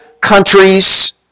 countries